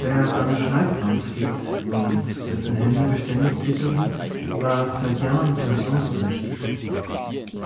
der an schreibkrampf litt und dessen hände beständig zitterten war seit jahren pensionsberechtigt